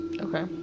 Okay